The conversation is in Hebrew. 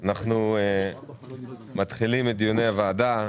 אנחנו מתחילים את דיוני הוועדה.